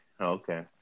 Okay